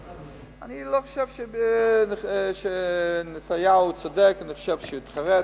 אני לא חושב שנתניהו צודק, אני חושב שהוא התחרט,